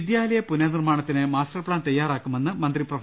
വിദ്യാലയ പുനർന്നർമാണത്തിന് master plan തയ്യാറാക്കുമെന്ന് മന്ത്രി പ്രൊഫ